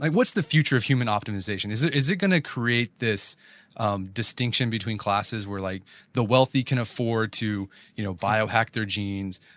what's the future of human optimization? is it is it going to create this um distinction between classes where like the wealthy can afford to you know biohack their genes,